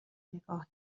نگاه